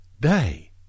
day